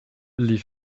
les